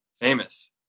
famous